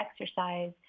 exercise